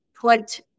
put